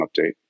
update